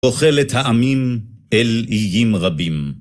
אוכל לטעמים אל איים רבים.